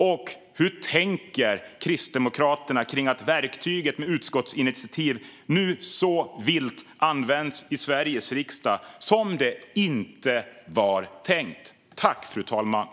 Och hur tänker Kristdemokraterna kring att verktyget utskottsinitiativ nu används vilt i Sveriges riksdag på ett sätt som inte var tänkt?